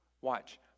watch